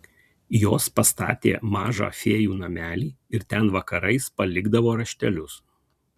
jos pastatė mažą fėjų namelį ir ten vakarais palikdavo raštelius